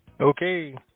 Okay